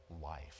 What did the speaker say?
life